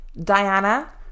Diana